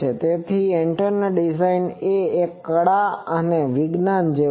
તેથી antenna design એ એક કળા અને વિજ્ઞાન જેવુ છે